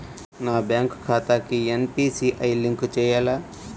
నా బ్యాంక్ ఖాతాకి NPCI link చేయాలా?